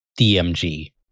DMG